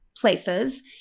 places